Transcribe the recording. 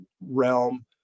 realm